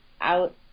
out